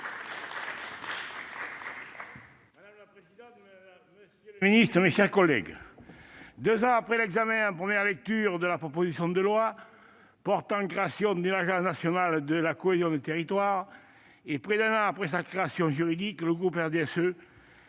Madame la présidente, monsieur le secrétaire d'État, mes chers collègues, deux ans après l'examen en première lecture de la proposition de loi portant création d'une Agence nationale de la cohésion des territoires, ou ANCT, et près d'un an après sa création juridique, le groupe RDSE